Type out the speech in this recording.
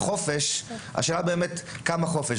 השאלה באמת כמה חופש.